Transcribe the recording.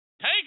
Take